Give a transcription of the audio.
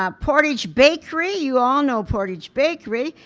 ah portage bakery, you all know portage bakery,